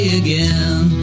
again